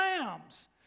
lambs